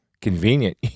convenient